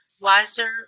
wiser